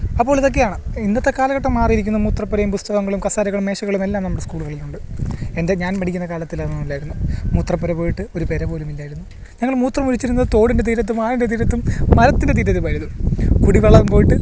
അപ്പോൾ ഇതൊക്കെയാണ് ഇന്നത്തെ കാലഘട്ടം മാറിയിരിക്കുന്നു മൂത്രപ്പുരയും പുസ്തകങ്ങളും കസേരകളും മേശകളുമെല്ലാം നമ്മുടെ സ്കൂളുകളിലുണ്ട് എൻ്റെ ഞാൻ പഠിക്കുന്ന കാലത്തിൽ അതൊന്നും ഇല്ലായിരുന്നു മൂത്രപ്പുര പോയിട്ട് ഒരു പുര പോലുമില്ലായിരുന്നു ഞങ്ങൾ മൂത്രമൊഴിച്ചിരുന്നത് തോടിൻ്റെ തീരത്തും ആറിൻ്റെ തീരത്തും മരത്തിൻ്റെ തീരത്തുമായിരുന്നു കുടിവെള്ളം പോയിട്ട്